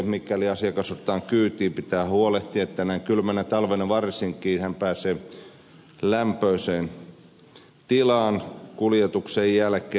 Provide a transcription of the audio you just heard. mikäli asiakas otetaan kyytiin pitää huolehtia että näin kylmänä talvena varsin hän pääsee lämpöiseen tilaan kuljetuksen jälkeen